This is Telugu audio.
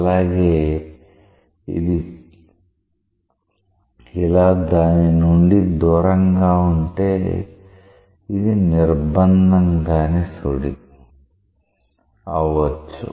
అలాగే ఇది ఇలా దాని నుండి దూరంగా ఉంటే ఇది నిర్బంధం కాని సుడి అవ్వొచ్చు